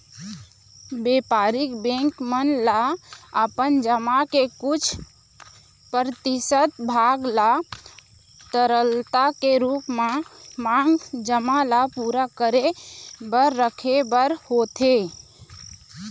बेपारिक बेंक मन ल अपन जमा के कुछ परतिसत भाग ल तरलता के रुप म मांग जमा ल पुरा करे बर रखे बर होथे